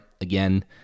Again